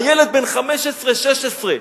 הילד בן 15 16,